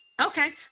Okay